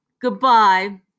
Goodbye